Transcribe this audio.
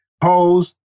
Pose